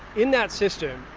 in that system,